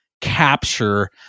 capture